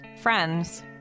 friends